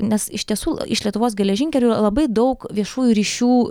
nes iš tiesų iš lietuvos geležinkelių yra labai daug viešųjų ryšių